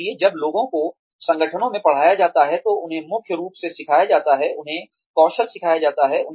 इसलिए जब लोगों को संगठनों में पढ़ाया जाता है तो उन्हें मुख्य रूप से सिखाया जाता है उन्हें कौशल सिखाया जाता है